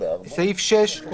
התשפ"א 2020."